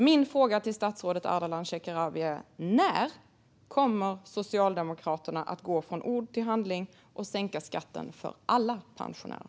Min fråga till statsrådet Ardalan Shekarabi är: När kommer Socialdemokraterna att gå från ord till handling och sänka skatten för alla pensionärer?